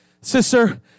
Sister